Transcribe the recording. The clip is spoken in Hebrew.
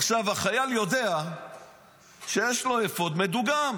עכשיו, החייל יודע שיש לו אפוד מדוגם